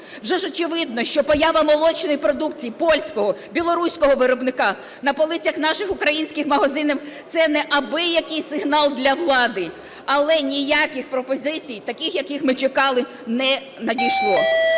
Вже ж очевидно, що поява молочної продукції польського, білоруського виробника на полицях наших українських магазинів – це не абиякий сигнал для влади. Але ніяких пропозицій таких, яких ми чекали, не надійшло.